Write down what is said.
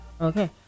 okay